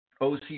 OC